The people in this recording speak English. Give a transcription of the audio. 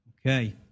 Okay